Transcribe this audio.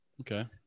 Okay